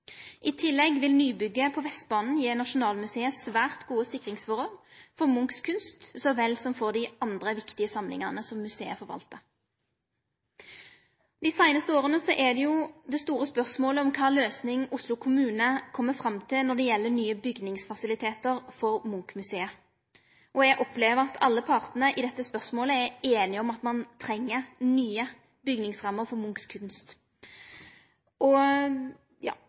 I tillegg vil nybygget på Vestbanen gje Nasjonalmuseet svært gode sikringsforhold for Munchs kunst så vel som for dei andre viktige samlingane som museet forvaltar. Dei seinaste åra har det store spørsmålet vore kva løysing Oslo kommune kjem fram til når det gjeld nye bygningsfasilitetar for Munch-museet, og eg opplever at alle partane i dette spørsmålet er einige om at ein treng nye bygningsrammer for Munchs kunst.